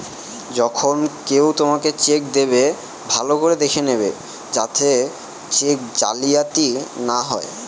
যখন কেউ তোমাকে চেক দেবে, ভালো করে দেখে নেবে যাতে চেক জালিয়াতি না হয়